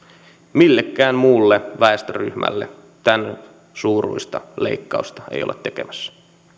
millekään muulle väestöryhmälle tämän suuruista leikkausta ei olla tekemässä